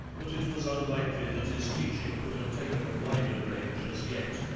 but it was unlikely that his teaching could have taken a wider range as yet.